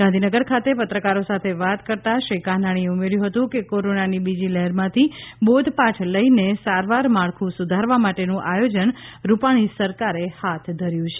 ગાંધીનગર ખાતે પત્રકારો સાથે વાત કરતાં શ્રી કાનાણીએ ઉમેર્યું હતું કે કોરોનાની બીજી લહેરમાથી બોધપાઠ લઈને સારવાર માળખું સુધારવા માટેનું આથોજન રૂપાણી સરકારે હાથ ધાર્યું છે